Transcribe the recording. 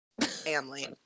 family